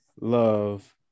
love